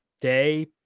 day